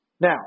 Now